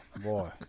boy